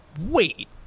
wait